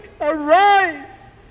arise